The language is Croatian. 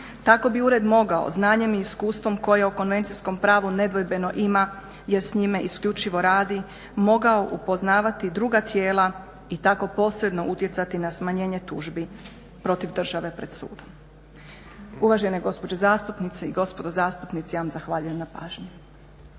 Tako bi Ured mogao znanjem i iskustvom koje o konvencijskom pravu nedvojbeno ima jer s njime isključivo radi mogao upoznavati i druga tijela i tako posredno utjecati na smanjenje tužbi protiv države pred sudom. Uvažene gospođe zastupnice i gospodo zastupnici ja vam zahvaljujem na pažnji.